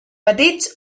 petits